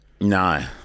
No